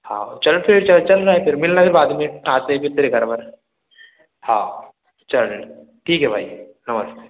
हाँ चल फिर चल चल रहे है फिर मिल रहे हैं बाद में आते हैं फिर तेरे घर वर हाँ चल ठीक है भाई नमस्ते